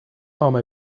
home